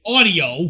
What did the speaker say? Audio